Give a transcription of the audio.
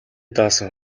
даасан